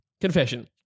Confession